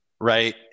Right